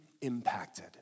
impacted